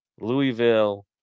Louisville